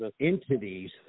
entities